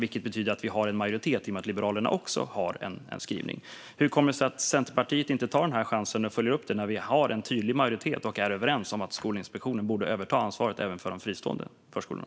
Det betyder att vi har en majoritet i och med att Liberalerna också har en skrivning. Hur kommer det sig att Centerpartiet inte tar den här chansen och följer upp detta, när vi har en tydlig majoritet och är överens om att Skolinspektionen borde överta ansvaret även för de fristående förskolorna?